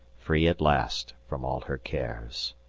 free at last from all her cares.